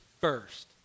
first